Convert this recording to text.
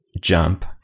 jump